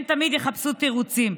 הם תמיד יחפשו תירוצים.